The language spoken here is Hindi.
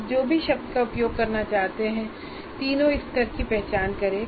आप जो भी शब्द प्रयोग करना चाहते हैं तीन स्तरों की पहचान करें